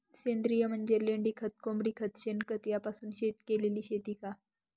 सेंद्रिय म्हणजे लेंडीखत, कोंबडीखत, शेणखत यापासून केलेली शेती का?